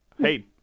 hey